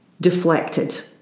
deflected